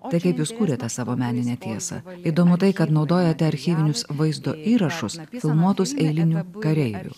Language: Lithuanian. tai kaip jūs kuriate savo meninę tiesą įdomu tai kad naudojate archyvinius vaizdo įrašus nufilmuotus eilinių kareivių